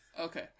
Okay